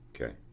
Okay